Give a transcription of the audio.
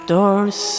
Doors